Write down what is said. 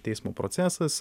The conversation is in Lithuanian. teismo procesas